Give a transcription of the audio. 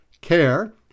care